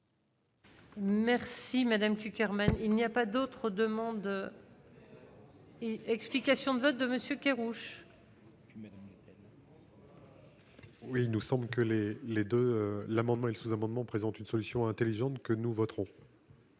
Merci madame Cukierman il n'y a pas d'autres demandes. Et explications de vote de Monsieur Queiroz. Oui, nous sommes que les 2 l'amendement et le sous-amendement présente une solution intelligente que nous voterons.